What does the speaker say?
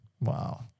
Wow